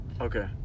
okay